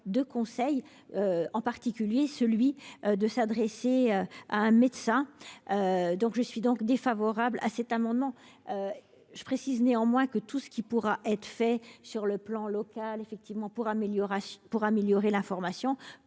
de conseils, en particulier celui de s'adresser à un médecin. Je suis donc défavorable à cet amendement. Je précise néanmoins que tout ce qui pourra être fait pour améliorer l'information